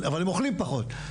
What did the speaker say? אבל הם אוכלים פחות,